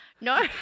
No